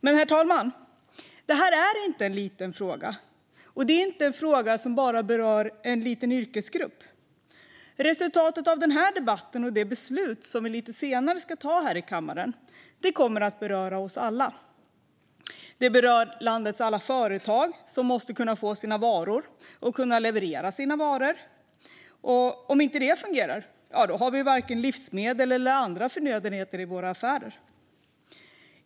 Men, herr talman, det är inte en liten fråga. Och det är inte en fråga som bara berör en liten yrkesgrupp. Resultatet av den här debatten och det beslut som vi lite senare ska ta här i kammaren kommer att beröra oss alla. Det berör landets alla företag som måste kunna få sina varor och kunna leverera sina varor. Om inte detta fungerar har vi varken livsmedel eller andra förnödenheter i våra affärer.